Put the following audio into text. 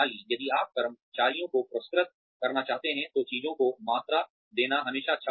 यदि आप कर्मचारियों को पुरस्कृत करना चाहते हैं तो चीजों को मात्रा देना हमेशा अच्छा होता है